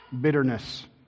bitterness